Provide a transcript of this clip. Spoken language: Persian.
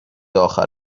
آخر